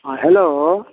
हँ हेलो